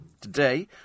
today